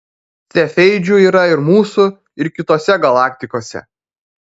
cefeidžių yra ir mūsų ir kitose galaktikose